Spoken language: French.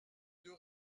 deux